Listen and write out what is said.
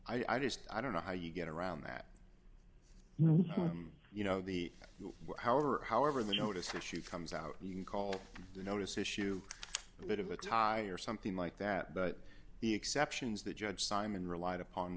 policy i just i don't know how you get around that you know the what however however the notice issue comes out you can call the notice issue but of a tie or something like that but the exceptions that judge simon relied upon